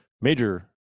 major